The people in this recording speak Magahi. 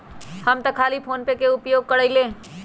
हम तऽ खाली फोनेपे के उपयोग करइले